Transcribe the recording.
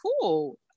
cool